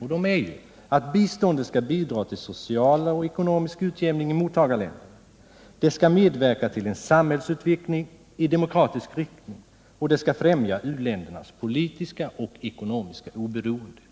för u-hjälpen. Biståndet skall bidra till social och ekonomisk utjämning i mottagarländerna, medverka till en samhällsutveckling i demokratisk riktning och främja u-ländernas politiska och ekonomiska oberoende.